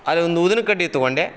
ಅದೇ ಒಂದು ಊದಿನ ಕಡ್ಡಿ ತೊಗೊಂಡೆ